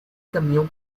caminham